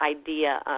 idea